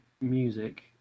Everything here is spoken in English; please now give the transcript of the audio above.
music